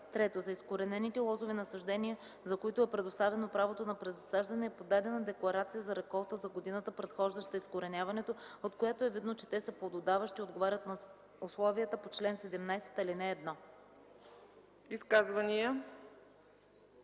3. за изкоренените лозови насаждения, за които е предоставено правото на презасаждане е подадена декларация за реколта за годината, предхождаща изкореняването, от която е видно, че те са плододаващи и отговарят на условията по чл. 17, ал. 1.”